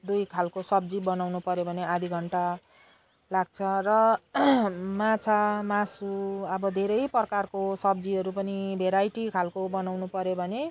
दुई खालको सब्जी बनाउनुपऱ्यो भने आधी घन्टा लाग्छ र माछामासु अब धेरै प्रकारको सब्जीहरू पनि भेराइटी खालको बनाउनुपऱ्यो भने